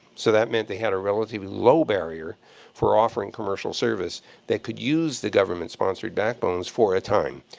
so that meant they had a relatively low barrier for offering commercial service that could use the government-sponsored backbones for a time.